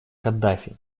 каддафи